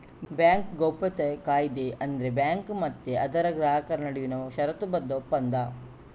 bank ಗೌಪ್ಯತಾ ಕಾಯಿದೆ ಅಂದ್ರೆ ಬ್ಯಾಂಕು ಮತ್ತೆ ಅದರ ಗ್ರಾಹಕರ ನಡುವಿನ ಷರತ್ತುಬದ್ಧ ಒಪ್ಪಂದ